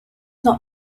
not